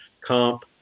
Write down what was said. comp